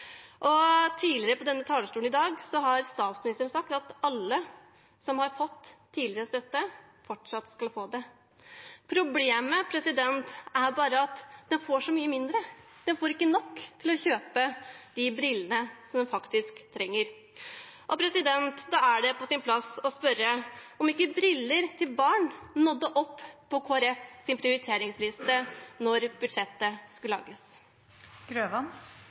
talerstolen tidligere i dag har statsministeren sagt at alle som tidligere har fått støtte, skal fortsette å få det. Problemet er bare at de får så mye mindre, de får ikke nok til å kjøpe brillene de faktisk trenger. Da er det på sin plass å spørre om ikke briller til barn nådde opp på Kristelig Folkepartis prioriteringsliste da budsjettet skulle